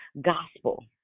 gospel